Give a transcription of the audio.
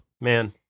Man